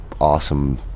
awesome